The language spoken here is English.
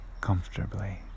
comfortably